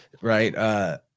right